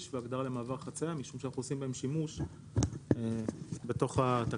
והגדרה למעבר חציה משום שאנחנו עושים בהן שימוש בתוך התקנות.